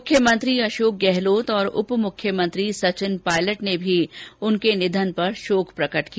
मुख्यमंत्री अशोक गहलोत और उप मुख्यमंत्री सचिन पायलट ने भी उनके निधन पर शोक प्रकट किया